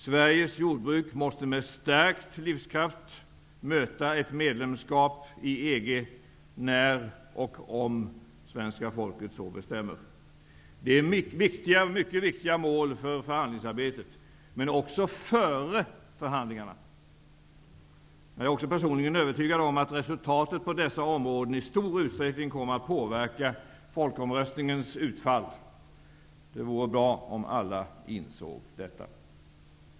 Sveriges jordbruk måste med stärkt livskraft möta ett medlemskap i EG, när och om svenska folket så bestämmer. Det är viktiga mål för förhandlingsarbetet men också före förhandlingarna. Jag är också personligen övertygad om att resultatet på dessa områden i stor utsträckning kommer att påverka folkomröstningens utfall. Det vore bra om alla insåg detta.